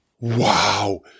Wow